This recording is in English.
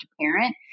parent